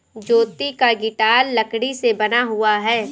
ज्योति का गिटार लकड़ी से बना हुआ है